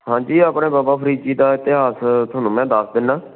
ਹਾਂਜੀ ਆਪਣੇ ਬਾਬਾ ਫ਼ਰੀਦ ਜੀ ਦਾ ਇਤਿਹਾਸ ਤੁਹਾਨੂੰ ਮੈਂ ਦੱਸ ਦਿੰਦਾ